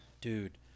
dude